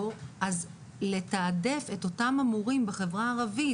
אז לתעדף את אותם המורים בחברה הערבית,